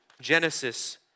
Genesis